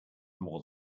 more